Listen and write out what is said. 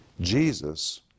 Jesus